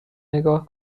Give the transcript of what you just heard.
نگاه